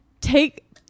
Take